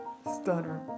stunner